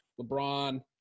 LeBron